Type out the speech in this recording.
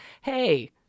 hey